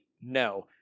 no